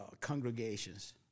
Congregations